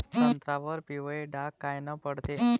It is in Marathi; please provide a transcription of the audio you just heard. संत्र्यावर पिवळे डाग कायनं पडते?